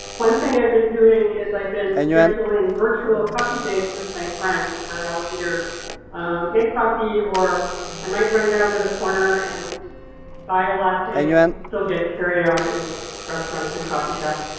one thing i've been doing is i've been scheduling virtual coffee dates with my friend where i'll either um get coffee or i might run down to the corner and buy a latte. we can still get carryout in restaurants and coffee shops.